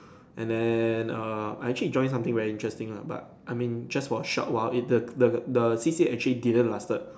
and then err I actually joined something very interesting lah but I mean just for a short while it the the the C_C_A actually didn't lasted